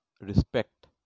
respect